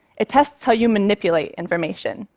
it tests how you manipulate information,